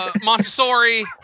Montessori